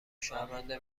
شرمنده